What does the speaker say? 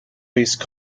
based